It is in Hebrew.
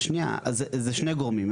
שנייה, אז זה שני גורמים.